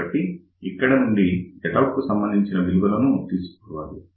కాబట్టి ఇక్కడ నుండి Zout కు సంబంధించిన విలువను తీసుకోవాలి